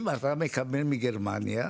אם אתה מקבל מגרמניה,